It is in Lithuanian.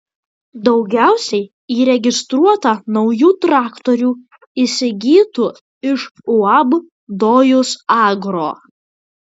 daugiausiai įregistruota naujų traktorių įsigytų iš uab dojus agro